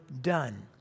done